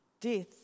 death